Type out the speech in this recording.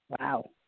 Wow